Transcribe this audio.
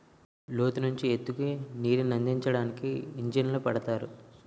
లోతు నుంచి ఎత్తుకి నీటినందించడానికి ఇంజన్లు పెడతారు